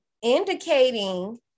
indicating